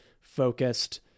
focused